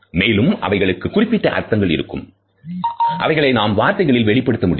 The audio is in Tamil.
மேலும் அவைகளுக்கு குறிப்பிட்ட அர்த்தங்கள் இருக்கும் அவைகளை நாம் வார்த்தைகளில் வெளிப்படுத்த முடியும்